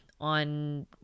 on